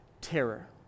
terror